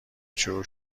شروع